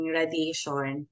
radiation